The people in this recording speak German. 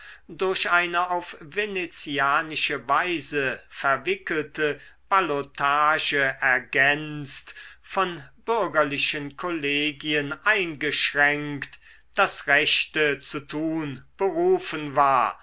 durch eine auf venezianische weise verwickelte ballotage ergänzt von bürgerlichen kollegien eingeschränkt das rechte zu tun berufen war